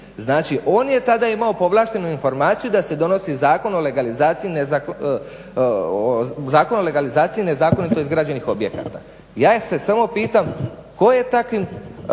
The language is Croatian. Znači on je tada imao povlaštenu informaciju da se donosi Zakon o legalizaciji nezakonito izgrađenih objekata. Ja se samo pitam tko je takvim